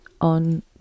on